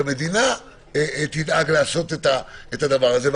שהמדינה תדאג לעשות את זה,